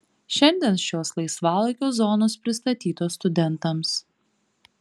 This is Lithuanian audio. šiandien šios laisvalaikio zonos pristatytos studentams